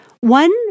One